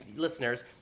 listeners